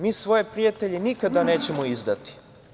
Mi svoje prijatelje nikada nećemo izdati.